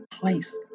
place